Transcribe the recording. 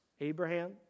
Abraham